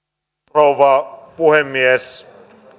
rouva puhemies